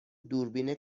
دوربین